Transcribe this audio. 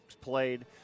played